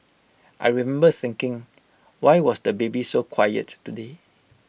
I remember thinking why was the baby so quiet today